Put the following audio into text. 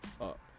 up